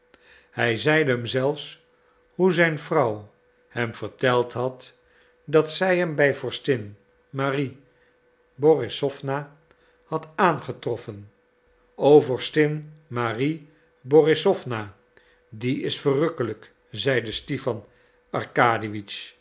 hij zeide hem zelfs hoe zijn vrouw hem verteld had dat zij hem bij vorstin marie borissowna had aangetroffen o vorstin marie borissowna die is verrukkelijk zeide stipan